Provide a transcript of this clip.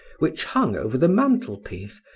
which hung over the mantelpiece,